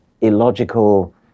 illogical